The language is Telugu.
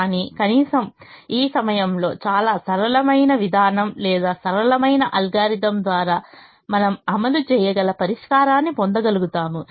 కానీ కనీసం ఈ సమయంలో చాలా సరళమైన విధానం లేదా సరళమైన అల్గోరిథం ద్వారా మనం అమలు చేయగల పరిష్కారాన్ని పొందగలుగుతాము